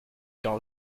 quand